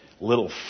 little